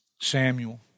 Samuel